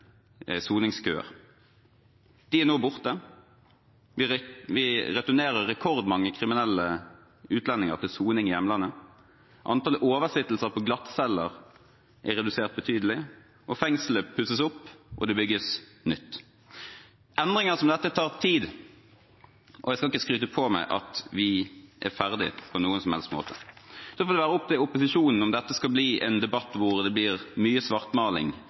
soningskøer. De er nå borte. Vi returnerer rekordmange kriminelle utlendinger til soning i hjemlandet. Antall oversittelser på glattcelle er redusert betydelig, fengsler pusses opp, og det bygges nytt. Endringer som dette tar tid, og jeg skal ikke skryte på meg at vi er ferdig på noen som helst måte. Det bør være opp til opposisjonen om dette skal bli en debatt der det blir mye svartmaling.